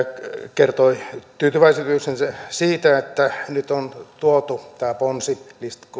kertoi tyytyväisyytensä siitä että nyt on tuotu tämä ponsi